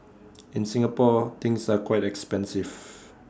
in Singapore things are quite expensive